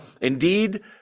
Indeed